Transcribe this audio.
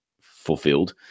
fulfilled